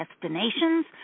destinations